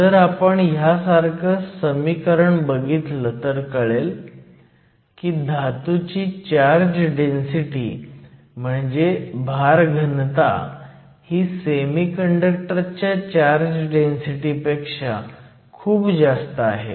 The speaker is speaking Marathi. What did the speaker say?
जर आपण ह्यासारखं समीकरण बघितलं तर कळेल की धातूची चार्ज डेन्सीटी म्हणजे भार घनता ही सेमीकंडक्टर च्या चार्ज डेन्सीटी पेक्षा खूप जास्त आहे